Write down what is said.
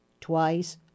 twice